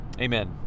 Amen